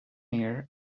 near